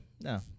No